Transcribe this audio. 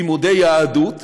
לימודי יהדות,